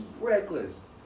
reckless